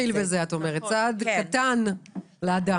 את אומרת, נתחיל בזה, צעד קטן לאדם.